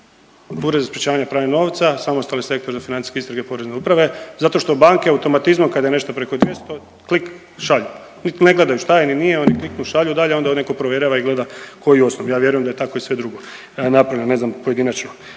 Ured za sprečavanje pranja novca, Samostalni sektor za financijske istrage Porezne uprave zato što banke automatizmom kada je nešto preko 200 klik šalji, nit ne gledaju šta je ni nije oni kliknu šalju dalje onda on nekog provjerava i gleda ko ju je … ja vjerujem da je tako i sve drugo napravljeno ne znam pojedinačno